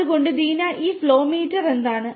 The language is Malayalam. അതുകൊണ്ട് ദീന ഈ ഫ്ലോ മീറ്റർ എന്താണ്